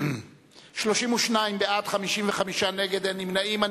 32 בעד, 55 נגד, אין נמנעים.